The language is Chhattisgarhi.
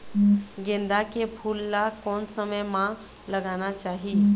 गेंदा के फूल ला कोन समय मा लगाना चाही?